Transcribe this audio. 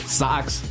socks